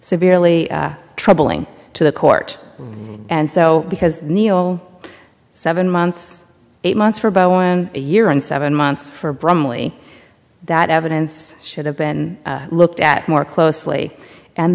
severely troubling to the court and so because neal seven months eight months for bo and a year and seven months for bromley that evidence should have been looked at more closely and